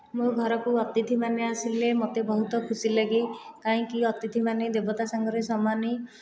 ମୋ' ଘରକୁ ଅତିଥିମାନେ ଆସିଲେ ମୋତେ ବହୁତ ଖୁସି ଲାଗେ କାହିଁକି ଅତିଥିମାନେ ଦେବତା ସାଙ୍ଗରେ ସମାନ